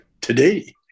today